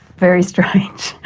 very strange.